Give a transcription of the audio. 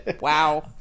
wow